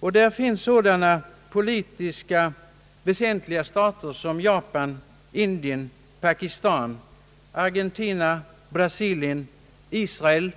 Bland dem finns sådana politiskt viktiga stater som Japan, Indien, Paki stan, Argentina, Brasilien, Israel,